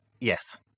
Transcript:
Yes